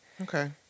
Okay